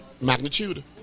magnitude